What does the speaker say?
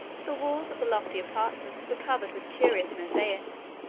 the walls of the lofty apartments were covered with curious mosaics,